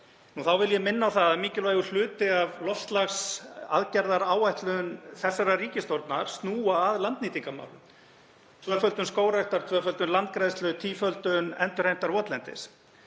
Þá vil ég minna á það að mikilvægur hluti af loftslagsaðgerðaáætlun þessarar ríkisstjórnar snýr að landnýtingarmálum, tvöföldun skógræktar, tvöföldun landgræðslu og tíföldun endurheimtar votlendis.